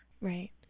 right